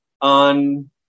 on